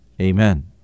Amen